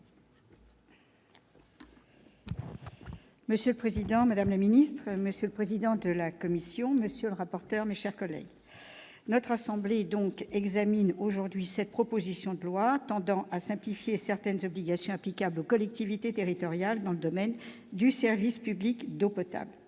Monsieur le Président, Madame la Ministre, Monsieur le président de la Commission, monsieur le rapporteur, mes chers collègues, notre assemblée donc examiné, aujourd'hui, cette proposition de loi tendant à simplifier certaines obligations applicables aux collectivités territoriales dans le domaine du service public d'eau potable,